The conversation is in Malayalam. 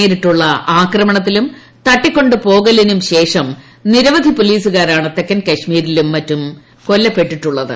നേരിട്ടുള്ള ആക്രമണത്തിലും തട്ടിക്കൊണ്ടു പോകലിനും ശേഷം പോലീസുകാരാണ് തെക്കൻ നിരവധി കശ്മീരിലും മറ്റ് കൊല്ലപ്പെട്ടിട്ടുള്ളത്